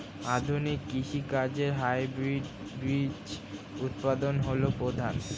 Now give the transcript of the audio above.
আধুনিক কৃষি কাজে হাইব্রিড বীজ উৎপাদন হল প্রধান